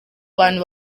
bantu